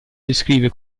descrive